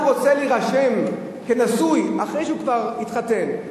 רוצה להירשם כנשוי אחרי שהוא כבר התחתן,